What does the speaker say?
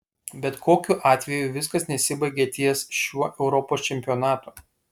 bet kokiu atveju viskas nesibaigia ties šiuo europos čempionatu